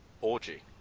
orgy